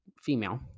female